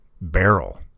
barrel